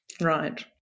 Right